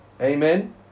Amen